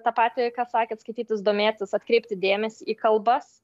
tą patį ką sakėt skaitytis domėtis atkreipti dėmesį į kalbas